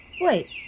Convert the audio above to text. Wait